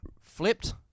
flipped